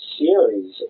series